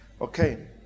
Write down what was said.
okay